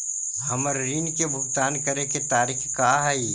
हमर ऋण के भुगतान करे के तारीख का हई?